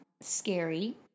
scary